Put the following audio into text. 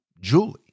Julie